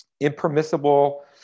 impermissible